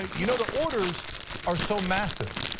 ah you know, the orders are so massive.